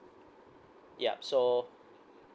yup so